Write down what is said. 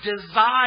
desire